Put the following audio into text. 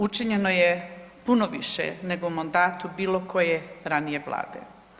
Učinjeno je puno više nego u mandatu bilo koje ranije Vlade.